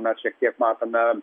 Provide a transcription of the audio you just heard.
mes šiek tiek matome